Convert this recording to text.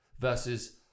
versus